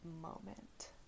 moment